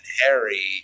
Harry